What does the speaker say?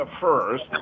first